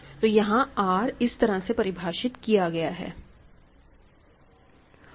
तो यहां R इस तरह से परिभाषित किया गया है